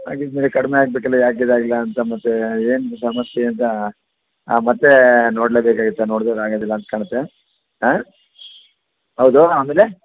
ಹಾಗಿದ್ಮೇಲೆ ಕಡಿಮೆ ಆಗಬೇಕಲ್ಲ ಯಾಕೆ ಇದಾಗಿಲ್ಲ ಅಂತ ಮತ್ತೆ ಏನು ಸಮಸ್ಯೆ ಅಂತ ಆ ಮತ್ತೆ ನೋಡಲೇ ಬೇಕಾಗುತ್ತೆ ನೋಡದಿದ್ರೆ ಆಗೋದಿಲ್ಲ ಅಂತ ಕಾಣುತ್ತೆ ಹಾಂ ಹೌದು ಆಮೇಲೆ